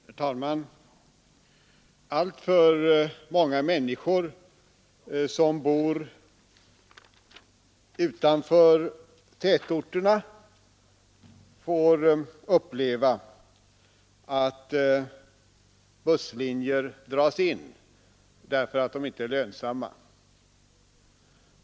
Herr talman! Alltför många människor som bor utanför tätorterna får uppleva att busslinjer dras in därför att de inte är lönsamma.